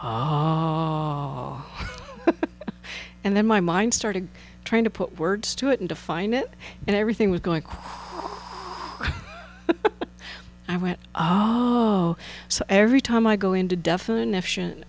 all and then my mind started trying to put words to it and define it and everything was going i went oh so every time i go into definition